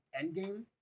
Endgame